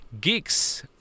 Geeks